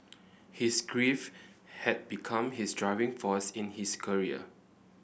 his grief had become his driving force in his career